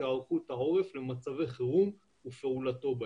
היערכות העורף למצבי חירום ופעולתו בהם.